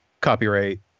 copyright